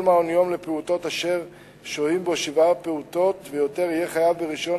כל מעון-יום לפעוטות אשר שוהים בו שבעה פעוטות ויותר יהיה חייב ברשיון,